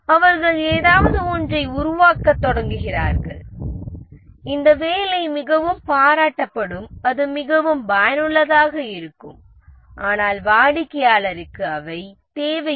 அவர்கள் ஏதாவது ஒன்றை உருவாக்கத் தொடங்குகிறார்கள் இந்த வேலை மிகவும் பாராட்டப்படும் அது மிகவும் பயனுள்ளதாக இருக்கும் ஆனால் வாடிக்கையாளருக்கு அவை தேவையில்லை